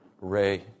Ray